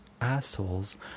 assholes